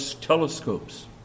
telescopes